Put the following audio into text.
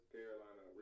Carolina